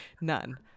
None